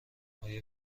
آیا